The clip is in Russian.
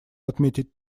отметить